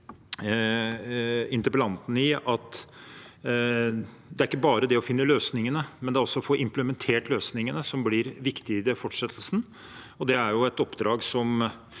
at det ikke bare er å finne løsningene, men også å få implementert løsningene, som blir viktig i fortsettelsen. Det er et oppdrag som